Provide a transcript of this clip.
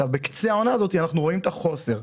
בקצה העונה הזאת אנחנו רואים את החוסר.